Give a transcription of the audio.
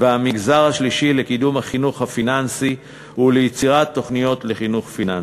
והמגזר השלישי לקידום החינוך הפיננסי וליצירת תוכניות לחינוך פיננסי,